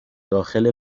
داخل